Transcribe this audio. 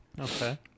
Okay